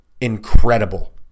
Incredible